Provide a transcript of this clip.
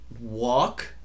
walk